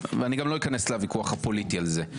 אני לא אכנס לוויכוח הפוליטי על זה.